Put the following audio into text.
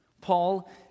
Paul